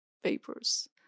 papers